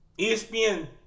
ESPN